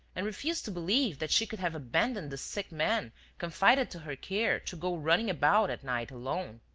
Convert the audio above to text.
and refused to believe that she could have abandoned the sick man confided to her care, to go running about at night alone.